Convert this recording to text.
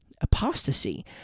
apostasy